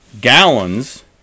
gallons